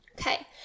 Okay